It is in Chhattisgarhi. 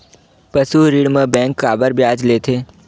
पशु ऋण म बैंक काबर ब्याज लेथे?